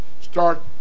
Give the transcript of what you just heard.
Start